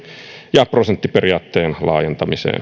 ja prosenttiperiaatteen laajentamiseen